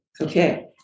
Okay